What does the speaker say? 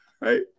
right